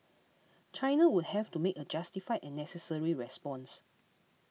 China would have to make a justified and necessary response